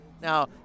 Now